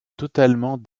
totalement